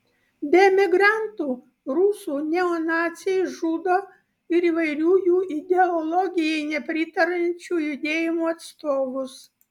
be emigrantų rusų neonaciai žudo ir įvairių jų ideologijai nepritariančių judėjimų atstovus